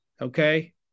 Okay